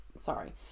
sorry